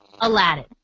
Aladdin